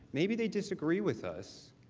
maybe they disagree with us,